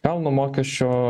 pelnų mokesčio